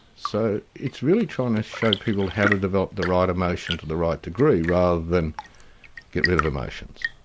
so it's really trying to show people how to develop the right emotion to the right degree rather than get rid of emotions.